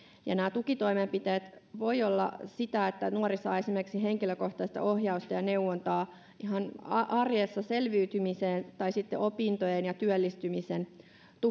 nämä tukitoimenpiteet voivat olla sitä että nuori saa esimerkiksi henkilökohtaista ohjausta ja neuvontaa ihan arjessa selviytymiseen tai sitten opintojen ja työllistymisen